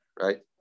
Right